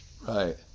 right